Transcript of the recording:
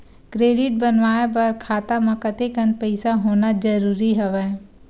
Credit बनवाय बर खाता म कतेकन पईसा होना जरूरी हवय?